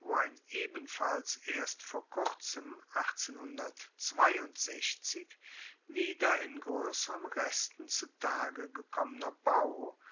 ebenfalls erst vor kurzem wieder in groesseren resten zu tage gekommener bau